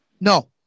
No